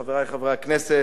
חברי חברי הכנסת,